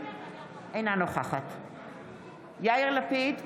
אינה נוכחת יאיר לפיד,